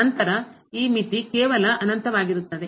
ನಂತರ ಈ ಮಿತಿ ಕೇವಲ ಅನಂತವಾಗಿರುತ್ತದೆ